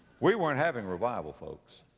we weren't having revival folks.